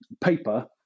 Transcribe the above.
paper